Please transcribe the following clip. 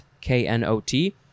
K-N-O-T